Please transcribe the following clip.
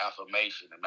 affirmation